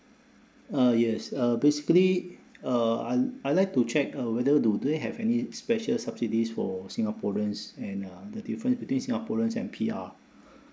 uh yes uh basically uh un~ I like to check uh whether do they have any special subsidies for singaporeans and uh the difference between singaporeans and P_R